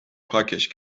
پاکش